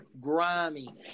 grimy